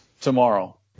tomorrow